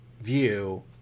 view